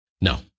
No